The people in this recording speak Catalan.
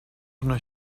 una